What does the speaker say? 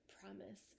promise